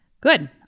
Good